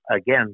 again